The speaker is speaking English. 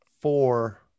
four